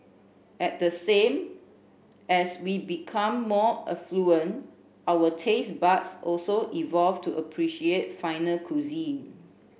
at the same as we become more affluent our taste buds also evolve to appreciate finer cuisine